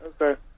Okay